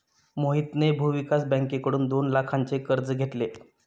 मोहितने भूविकास बँकेकडून दोन लाखांचे कर्ज घेतले